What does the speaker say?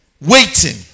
waiting